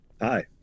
Hi